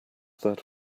that